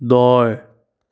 दाएँ